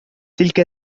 تلك